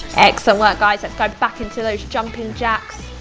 excellent work guys, let's go back into those jumping jacks.